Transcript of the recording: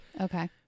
Okay